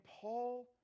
Paul